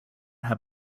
had